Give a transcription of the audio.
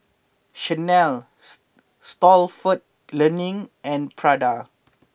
Chanel Stalford Learning and Prada